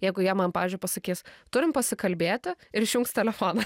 jeigu jie man pavyzdžiui pasakys turim pasikalbėti ir išjungs telefoną